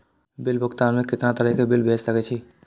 Bill भुगतान में कितना तरह के बिल भेज सके छी?